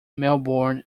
melbourne